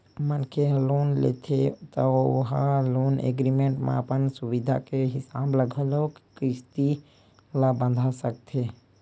मनखे ह लोन लेथे त ओ ह लोन एग्रीमेंट म अपन सुबिधा के हिसाब ले घलोक किस्ती ल बंधा सकथे